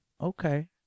okay